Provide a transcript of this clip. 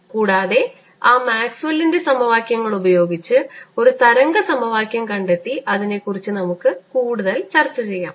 കൂടാതെ ആ മാക്സ്വെല്ലിന്റെ സമവാക്യങ്ങൾ ഉപയോഗിച്ച് ഒരു തരംഗ സമവാക്യം കണ്ടെത്തി അതിനെക്കുറിച്ച് നമുക്ക് കൂടുതൽ ചർച്ച ചെയ്യാം